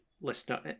listener